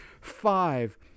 five